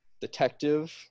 Detective